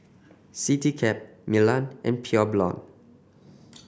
Citycab Milan and Pure Blonde